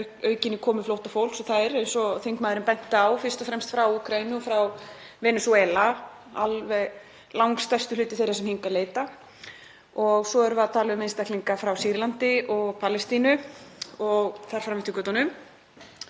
aukinni komu flóttafólks og það er, eins og þingmaðurinn benti á, fyrst og fremst frá Úkraínu og frá Venesúela, það er langstærstur hluti þeirra sem hingað leita. Svo erum við að tala um einstaklinga frá Sýrlandi og Palestínu og þar fram eftir götunum.